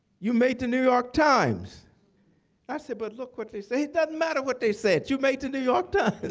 you made the new york times. and i said, but look what they said it doesn't matter what they said! you made the new york times.